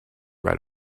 right